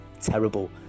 terrible